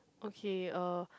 okay uh